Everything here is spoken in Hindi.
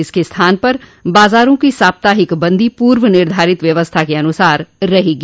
इसके स्थान पर बाजारों की साप्ताहिक बंदी पूर्व निर्धारित व्यवस्था के अनुसार रहेगी